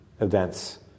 events